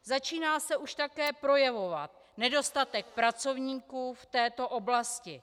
Začíná se už také projevovat nedostatek pracovníků v této oblasti.